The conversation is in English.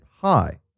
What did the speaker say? high